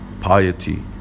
piety